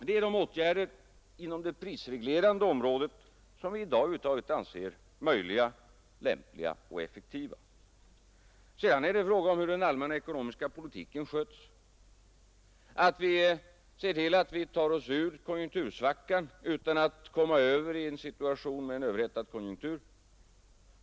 Det är de åtgärder inom det prisreglerade området som vi i dag över huvud taget anser möjliga, lämpliga och effektiva. Sedan kommer frågan om hur den allmänna ekonomiska politiken sköts, att vi ser till att vi tar oss ut ur konjunktursvackan utan att komma över i en situation med en överhettad konjunktur.